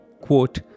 Quote